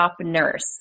nurse